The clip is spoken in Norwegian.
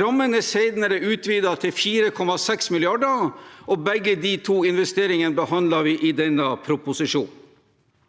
Rammen er senere utvidet til 4,6 mrd. kr, og begge de to investeringene behandler vi i denne proposisjonen.